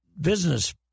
business